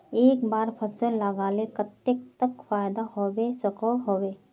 एक बार फसल लगाले कतेक तक फायदा होबे सकोहो होबे?